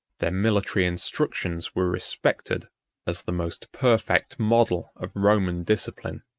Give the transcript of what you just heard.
their military instructions were respected as the most perfect model of roman discipline.